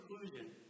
conclusion